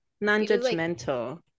Non-judgmental